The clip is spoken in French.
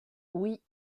oui